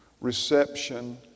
reception